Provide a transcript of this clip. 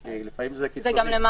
אני מכיר את "עוגן"